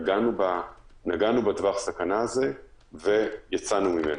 נגענו בטווח הסכנה הזה ויצאנו ממנו.